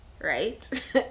right